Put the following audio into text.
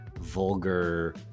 vulgar